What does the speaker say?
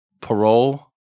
parole